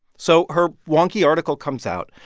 so her wonky article comes out,